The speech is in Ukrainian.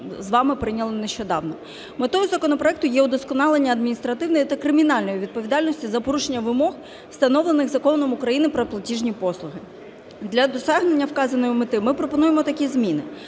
з вами прийняли нещодавно. Метою законопроекту є удосконалення адміністративної та кримінальної відповідальності за порушення вимог, встановлених Законом України "Про платіжні послуги". Для досягнення вказаної мети ми пропонуємо такі зміни.